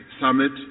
Summit